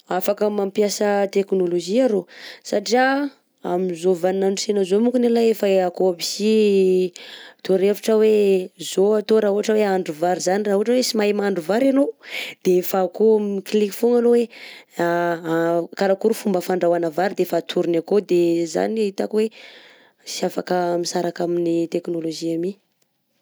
Afaka mampiasa teknaolaojia arao, satria amin'ny zao vanin'androntsena zao mokony alay efa akao aby sy toro-hevitra hoe zao atao raha ohatra hoe ahandro vary zany raha ohatra hoe tsy mahe mahandro vary anao de efa akao mi-clique fogna anao hoe karakory fomba fandrahoana vary de efa atorony akao de zany hitako hoe tsy afaka misaraka amin'ny teknaolaojia my.